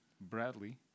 Bradley